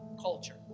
culture